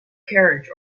carriage